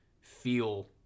feel